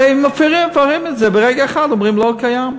הרי מפרים את זה ברגע אחד, אומרים לא קיים,